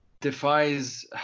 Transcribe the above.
defies